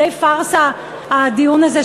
די פארסה הדיון הזה,